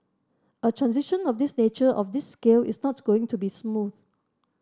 a transition of this nature of this scale is not going to be smooth